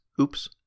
Oops